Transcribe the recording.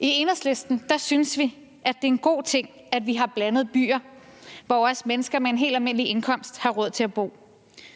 I Enhedslisten synes vi, det er en god ting, at vi har blandede byer, hvor også mennesker med en helt almindelig indkomst har råd til at bo.